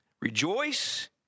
Rejoice